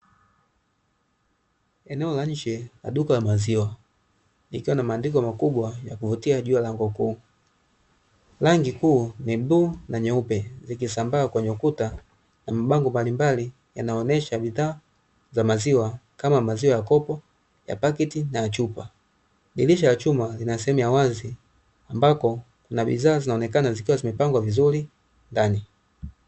Eneo la nje la duka la maziwa, likiwa na maandiko makubwa ya kuvutia juu ya lango kuu, rangi kuu ni bluu na nyeupe zikisambaa kwenye ukuta na mabango mbalimbali, yanayoonesha bidhaa za maziwa kama; maziwa ya kopo ya paketi na ya chupa, dirisha la chuma lina sehemu ya wazi ambako kuna bidhaa zinaonekana zikiwa zimepangwa vizuri ndani.